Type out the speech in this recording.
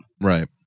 Right